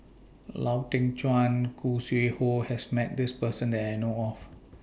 Lau Teng Chuan Khoo Sui Hoe has Met This Person that I know of